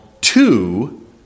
two